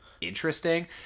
interesting